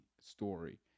story